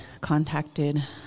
contacted